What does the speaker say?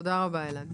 תודה רבה, אלעד.